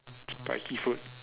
spiky food